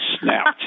snapped